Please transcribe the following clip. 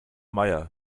meier